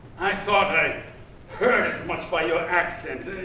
i thought i heard as much by your accent.